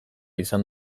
izan